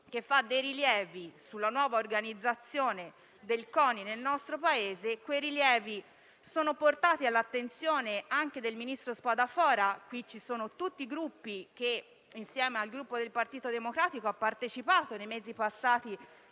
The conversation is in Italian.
che fa dei rilievi sulla nuova organizzazione del CONI nel nostro Paese. Quei rilievi sono stati portati all'attenzione del ministro Spadafora; qui ci sono tutti i Gruppi che, insieme al Gruppo del Partito Democratico, hanno partecipato nei mesi passati